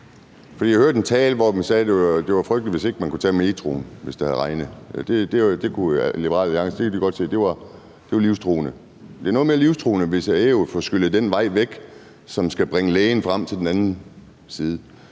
jeg hørte en tale, hvor det blev sagt, at det var frygteligt, hvis man ikke kunne tage metroen, når det regnede. Det kunne Liberal Alliance godt se var livstruende. Men det er noget mere livstruende, hvis man på Ærø får skyllet den vej væk, som skal bringe lægen frem til den anden side